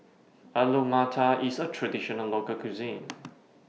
Alu Matar IS A Traditional Local Cuisine